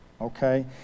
okay